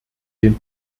den